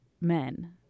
men